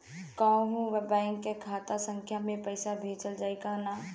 कौन्हू बैंक के खाता संख्या से पैसा भेजा जाई न?